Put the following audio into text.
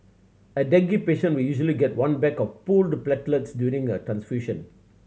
a dengue patient will usually get one bag of pooled platelets during a transfusion